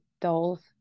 dolls